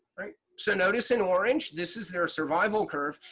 right? so notice in orange, this is their survival curve,